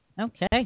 Okay